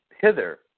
hither